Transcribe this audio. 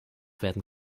werden